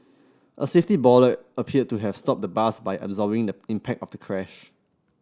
a safety bollard appeared to have stopped the bus by absorbing the impact of the crash